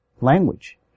language